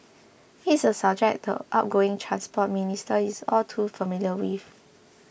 it is a subject the outgoing Transport Minister is all too familiar with